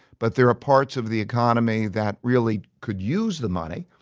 but there are parts of the economy that really could use the money.